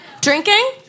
Drinking